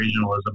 regionalism